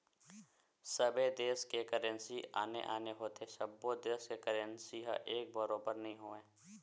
सबे देस के करेंसी आने आने होथे सब्बो देस के करेंसी ह एक बरोबर नइ होवय